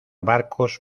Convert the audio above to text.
barcos